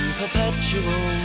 perpetual